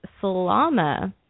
Salama